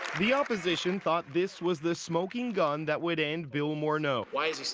the opposition thought this was the smoking gun that would end bill morneau. why is he